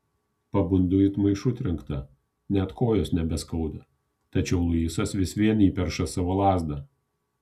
pabundu it maišu trenkta net kojos nebeskauda tačiau luisas vis vien įperša savo lazdą